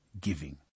giving